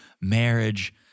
marriage